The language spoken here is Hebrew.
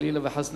חלילה וחס,